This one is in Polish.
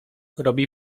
robi